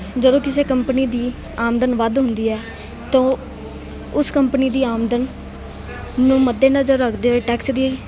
ਜਦੋਂ ਕਿਸੇ ਕੰਪਨੀ ਦੀ ਆਮਦਨ ਵੱਧ ਹੁੰਦੀ ਹੈ ਤਾਂ ਉਹ ਉਸ ਕੰਪਨੀ ਦੀ ਆਮਦਨ ਨੂੰ ਮੱਦੇ ਨਜ਼ਰ ਰੱਖਦੇ ਹੋਏ ਟੈਕਸ ਦੀ